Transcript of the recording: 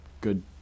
good